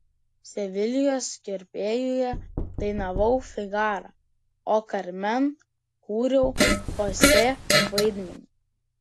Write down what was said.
sevilijos kirpėjuje dainavau figarą o karmen kūriau chosė vaidmenį